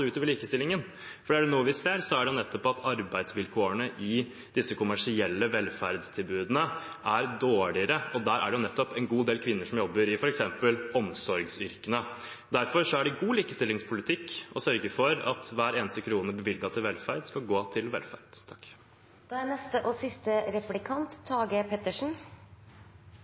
ut over likestillingen. For er det noe vi ser, er det nettopp at arbeidsvilkårene i disse kommersielle velferdstilbudene er dårligere. Og der er det nettopp en god del kvinner som jobber, f.eks. i omsorgsyrkene. Derfor er det god likestillingspolitikk å sørge for at hver eneste krone bevilget til velferd skal gå til velferd. Representanten Øvstegård holder et retorisk innlegg hvor han sier noe slikt som «mye til de få og